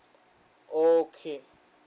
okay